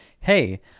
Hey